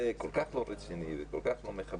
זה כל כך לא רציני, זה כל כך לא מכבד.